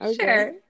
Sure